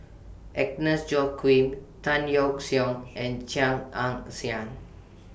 Agnes Joaquim Tan Yeok Seong and Chia Ann Siang